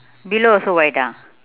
below also white ah